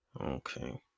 Okay